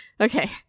okay